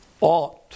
ought